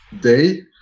day